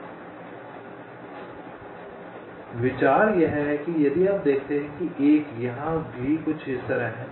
जैसे विचार यह है कि यदि आप देखते हैं कि 1 यहाँ भी कुछ इस तरह है